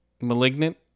Malignant